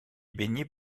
baignée